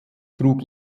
trug